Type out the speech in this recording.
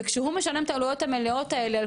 וכשהוא משלם את העלויות המלאות האלה על